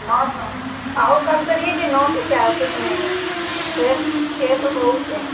नौ सौ अऊ कम करिए कि नौ सौ क्या है कुछ नहीं है छः छः सौ बहुत है